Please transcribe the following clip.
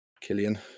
Killian